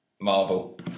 Marvel